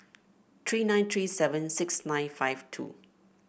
three nine three seven six nine five two